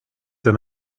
into